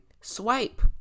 swipe